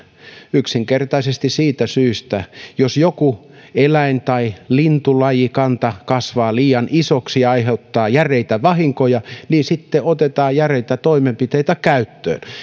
yksinkertaisesti siitä syystä että jos joku eläin tai lintulajikanta kasvaa liian isoksi ja aiheuttaa järeitä vahinkoja niin sitten otetaan järeitä toimenpiteitä käyttöön